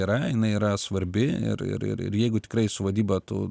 yra jinai yra svarbi ir ir ir jeigu tikrai su vadyba tu